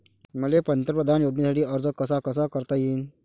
मले पंतप्रधान योजनेसाठी अर्ज कसा कसा करता येईन?